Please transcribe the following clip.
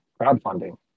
crowdfunding